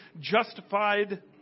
justified